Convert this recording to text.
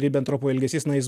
ribentropo ilgesys na jis